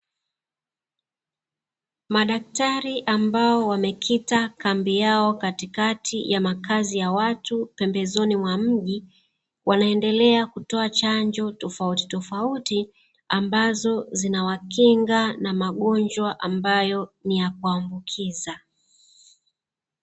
Madaktari ambao wamekita kambi yao katikati ya makazi ya watu pembezoni mwa mji, wanaendelea kutoa chanjo tofautitofauti, ambazo zinawakinga na magonjwa ambayo ni ya kuambukiza.